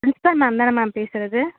principal ma'am தானே ma'am பேசுகிறது